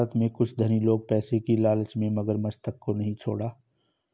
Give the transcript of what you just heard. भारत में कुछ धनी लोग पैसे की लालच में मगरमच्छ तक को नहीं छोड़ा